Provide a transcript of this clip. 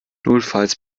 notfalls